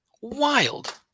Wild